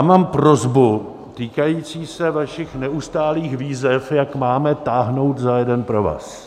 Mám prosbu týkající se vašich neustálých výzev, jak máme táhnout za jeden provaz.